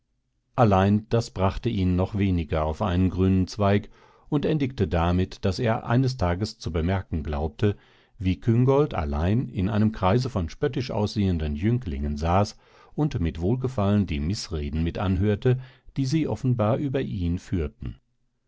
allein das brachte ihn noch weniger auf einen grünen zweig und endigte damit daß er eines tages zu bemerken glaubte wie küngolt allein in einem kreise von spöttisch aussehenden jünglingen saß und mit wohlgefallen die mißreden mit anhörte die sie offenbar über ihn führten